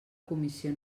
comissió